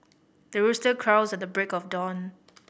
the rooster crows at the break of dawn